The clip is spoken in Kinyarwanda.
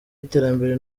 iterambere